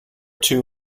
two